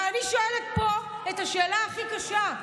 אבל אני שואלת פה את השאלה הכי קשה: